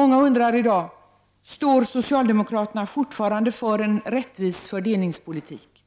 Många undrar i dag: Står socialdemokraterna fortfarande för en rättvis fördelningspolitik?